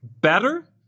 better